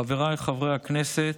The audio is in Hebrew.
חבריי חברי הכנסת,